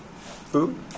Food